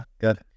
good